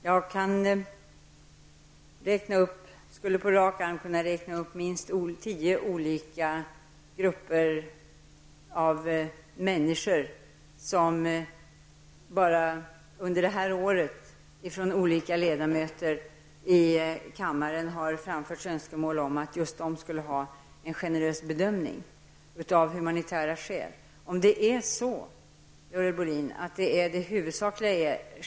Herr talman! Jag skulle på rak arm kunna räkna upp minst tio olika grupper av människor som det bara under det här året från olika ledamöter i kammaren har framförts önskemål om att just de av humanitära skäl skall få en generös bedömning.